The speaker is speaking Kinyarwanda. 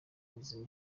buzima